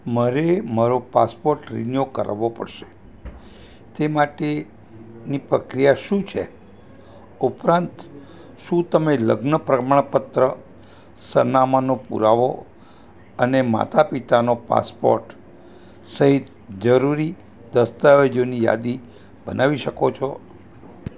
મારે મારો passport renew કરાવવો પડશે તે માટેની પ્રક્રિયા શું છે ઊપરાંત શું તમે લગ્ન પ્રમાણપત્ર સરનામાનો પુરાવો અને માતા પિતાનો પાસપોર્ટ સહિત જરૂરી દસ્તાવેજોની યાદી બનાવી શકો છો